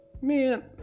Man